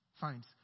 finds